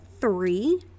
three